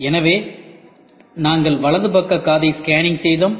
எனவே நாங்கள் வலது பக்க காதை ஸ்கேனிங் செய்தோம்